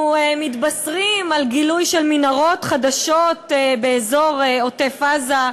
אנחנו מתבשרים על גילוי מנהרות חדשות באזור עוטף-עזה,